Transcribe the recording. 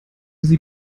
sie